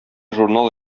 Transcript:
журнал